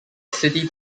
city